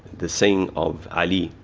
the saying of ali,